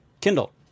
Kindle